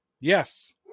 Yes